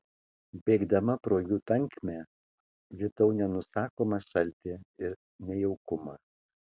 bėgdama pro jų tankmę jutau nenusakomą šaltį ir nejaukumą